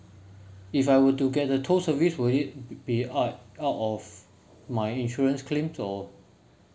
if I were to get a tow service will it be out out of my insurance claims or